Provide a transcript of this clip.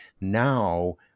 now